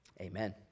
Amen